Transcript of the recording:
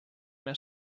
meie